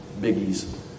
biggies